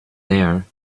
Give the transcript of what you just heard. there